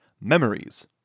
memories